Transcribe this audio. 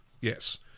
Yes